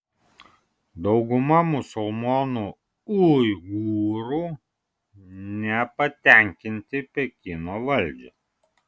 dauguma musulmonų uigūrų nepatenkinti pekino valdžia